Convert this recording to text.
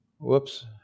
whoops